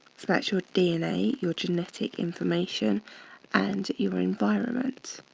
so that's your dna, your genetic information and your environment.